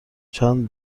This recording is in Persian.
چند